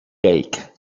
bake